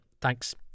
thanks